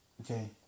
Okay